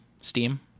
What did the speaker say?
Steam